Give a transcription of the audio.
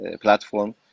platform